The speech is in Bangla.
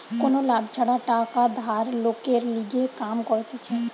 কোনো লাভ ছাড়া টাকা ধার লোকের লিগে কাম করতিছে